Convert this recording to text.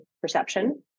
perception